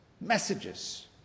messages